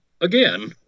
Again